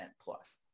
plus